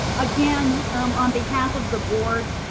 again um on behalf of the board,